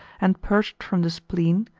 and purged from the spleen,